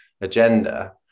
agenda